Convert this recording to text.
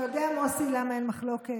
אתה יודע, מוסי, למה אין מחלוקת?